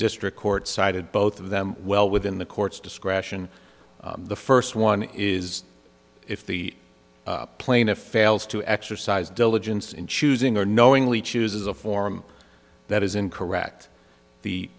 district court sided both of them well within the court's discretion the first one is if the plaintiff fails to exercise diligence in choosing or knowingly chooses a form that isn't correct the